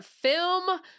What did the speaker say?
film